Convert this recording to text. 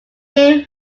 name